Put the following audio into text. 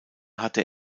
hatte